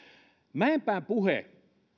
mäenpään puhe